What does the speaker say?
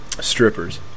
strippers